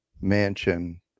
mansion